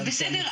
זה בסדר,